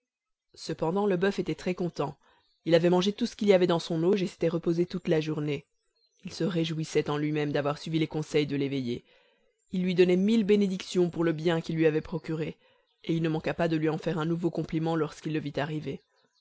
cependant le boeuf était très-content il avait mangé tout ce qu'il y avait dans son auge et s'était reposé toute la journée il se réjouissait en lui-même d'avoir suivi les conseils de l'éveillé il lui donnait mille bénédictions pour le bien qu'il lui avait procuré et il ne manqua pas de lui en faire un nouveau compliment lorsqu'il le vit arriver